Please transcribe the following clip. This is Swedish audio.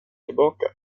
tillbaka